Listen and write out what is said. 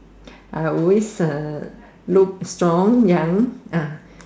I always uh look strong young ya